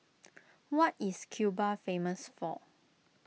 what Is Cuba famous for